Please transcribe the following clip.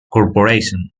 corporation